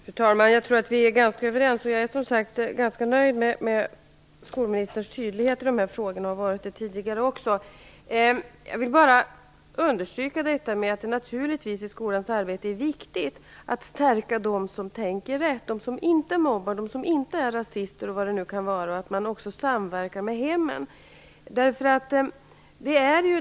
Fru talman! Jag tror att vi är ganska överens, och jag är som sagt, precis som tidigare, ganska nöjd med skolministerns tydlighet i frågorna. Jag vill bara understryka att det naturligtvis är viktigt att skolans arbete stärker dem som tänker rätt, dem som inte mobbar och inte är rasister. Skolan måste också samverka med hemmen.